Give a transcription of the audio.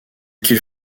qu’ils